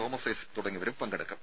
Thomas Isaac തുടങ്ങിയവരും പങ്കെടുക്കും